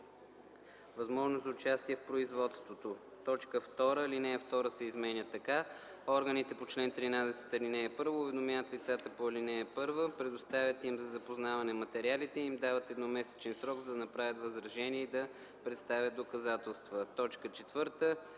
възможност за участие в производството”. 2. Алинея 2 се изменя така: „(2) Органите по чл. 13, ал. 1 уведомяват лицата по ал. 1, предоставят им за запознаване материалите и им дават едномесечен срок, за да направят възражения и да представят доказателства.” 4.